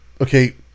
okay